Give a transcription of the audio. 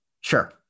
Sure